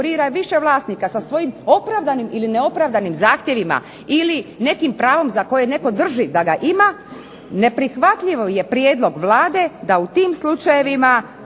konkurira više vlasnika sa svojim opravdanim ili neopravdanim zahtjevima ili nekim pravom za koje netko drži da ga netko ima neprihvatljiv je prijedlog Vlade da u tim slučajevima